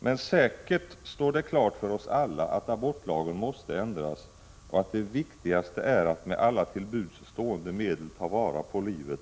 Men säkert står det klart för oss alla att abortlagen måste ändras och att det viktigaste är att med alla till buds stående medel ta vara på livet,